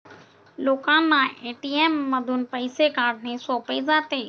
लोकांना ए.टी.एम मधून पैसे काढणे सोपे जाते